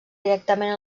directament